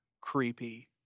creepy